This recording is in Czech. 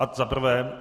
Ad za prvé.